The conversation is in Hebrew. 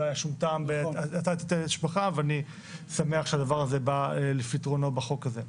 לא היה שום טעם לתת היטל השבחה ואני שמח שהדבר הזה בא לפתרונו בחוק הזה.